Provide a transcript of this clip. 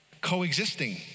coexisting